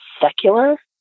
secular